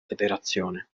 federazione